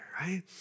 right